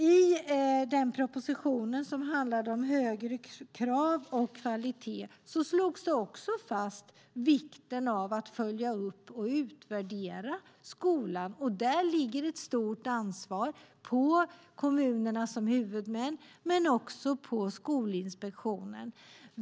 I den proposition som handlade om högre krav och kvalitet slogs också fast vikten av att följa upp och utvärdera skolan. Där ligger ett stort ansvar på kommunerna som huvudmän men också på Skolinspektionen.